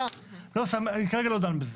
אני כרגע לא דן בזה.